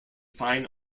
fine